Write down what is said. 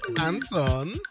Anton